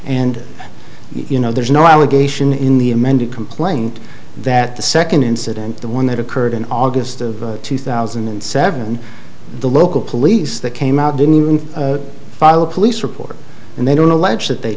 and you know there's no allegation in the amended complaint that the second incident the one that occurred in august of two thousand and seven the local police that came out didn't even file a police report and they don't allege that they